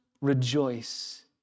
rejoice